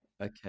Okay